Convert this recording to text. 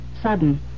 Sudden